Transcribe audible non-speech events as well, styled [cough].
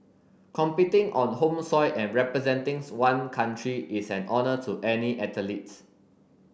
competing on home soil and representing [unintelligible] one country is an honour to any athlete